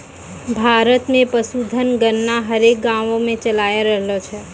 भारत मे पशुधन गणना हरेक गाँवो मे चालाय रहलो छै